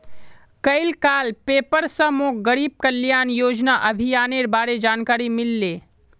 कइल car paper स मोक गरीब कल्याण योजना अभियानेर बारे जानकारी मिलले